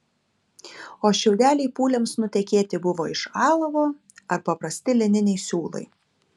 o šiaudeliai pūliams nutekėti buvo iš alavo ar paprasti lininiai siūlai